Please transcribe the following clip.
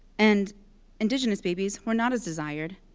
and indigenous babies were not as desired,